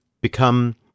become